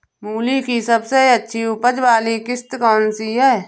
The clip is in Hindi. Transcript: मूली की सबसे अच्छी उपज वाली किश्त कौन सी है?